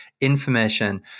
information